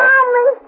Mommy